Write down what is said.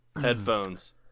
Headphones